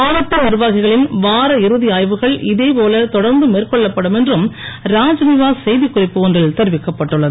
மாவட்ட நிர்வாகிகளின் வார இறுதி ஆய்வுகள் இதே போல தொடர்ந்து மேற்கொள்ளப்படும் என்றும் ராஜ்நிவாஸ் செய்திக்குறிப்பு ஒன்றில் தெரிவிக்கப்பட்டுள்ளது